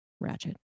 ratchet